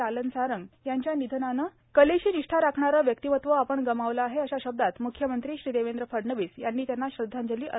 लालन सारंग यांच्या निधनाने कलेशी निष्ठा राखणारे व्यक्तिमत्व आपण गमावले आहे अशा शब्दात म्ख्यमंत्री देवेंद्र फडणवीस यांनी त्यांना श्रद्वांजली अर्पण केली आहे